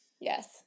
Yes